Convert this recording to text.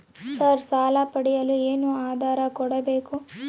Sir ಸಾಲ ಪಡೆಯಲು ಏನು ಆಧಾರ ಕೋಡಬೇಕು?